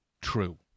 true